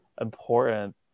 important